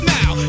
now